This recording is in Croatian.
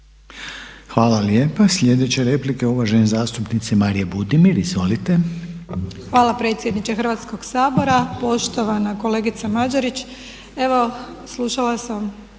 Hvala lijepa. Sljedeća replika je uvažene zastupnice Marije Budimir, izvolite. **Budimir, Marija (HDZ)** Hvala predsjedniče Hrvatskog sabora. Poštovana kolegica Mađerić, evo slušala sam